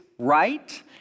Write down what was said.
right